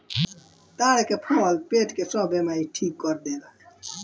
ताड़ के फल पेट के सब बेमारी ठीक कर देला